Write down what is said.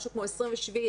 27,